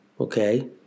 Okay